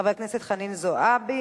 חברת הכנסת חנין זועבי